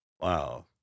Wow